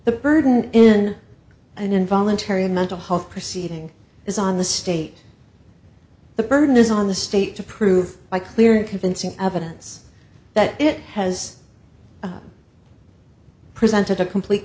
the burden in an involuntary mental health proceeding is on the state the burden is on the state to prove by clear and convincing evidence that it has presented a complete